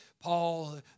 Paul